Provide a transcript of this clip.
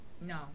no